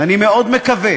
ואני מאוד מקווה